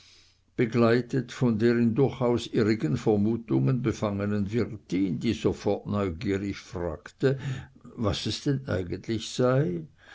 begleitet von der in durchaus irrigen vermutungen befangenen wirtin die sofort neugierig fragte was es denn eigentlich sei